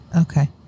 Okay